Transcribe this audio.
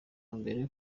mbere